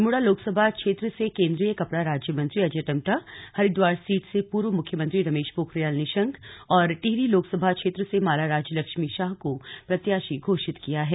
अल्मोड़ा लोकसभा क्षेत्र से केन्द्रीय कपड़ा राज्य मंत्री अजय टम्टा हरिद्वार सीट से पूर्व मुख्यमंत्री रमेश पोखरियाल निशंक और टिहरी लोकसभा क्षेत्र से माला राज्य लक्ष्मी शाह को प्रत्याशी घोषित किया है